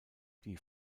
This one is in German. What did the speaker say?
die